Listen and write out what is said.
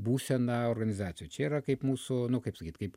būseną organizacijoj čia yra kaip mūsų nu kaip sakyt kaip